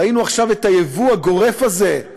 ראינו עכשיו את היבוא הגורף הזה,